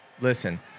Listen